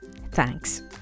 Thanks